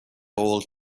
old